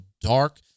Dark